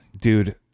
dude